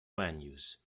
venues